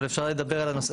אבל אפשר לדבר על הנושא,